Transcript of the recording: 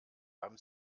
haben